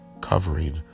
covering